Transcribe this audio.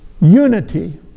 Unity